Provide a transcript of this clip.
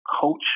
coach